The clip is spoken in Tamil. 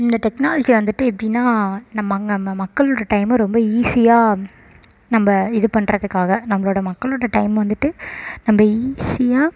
இந்த டெக்னாலஜி வந்துட்டு எப்படின்னா நம்ம அங்கே அந்த மக்களோடய டைமை ரொம்ப ஈஸியாக நம்ம இது பண்ணுறதுக்காக நம்மளோட மக்களோடய டைமை வந்துட்டு நம்ம ஈஸியாக